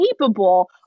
capable